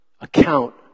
account